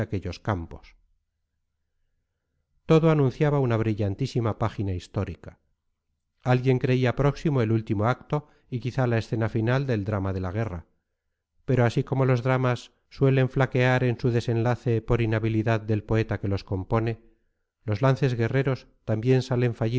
aquellos campos todo anunciaba una brillantísima página histórica alguien creía próximo el último acto y quizá la escena final del drama de la guerra pero así como los dramas suelen flaquear en su desenlace por inhabilidad del poeta que los compone los lances guerreros también salen